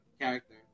character